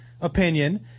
opinion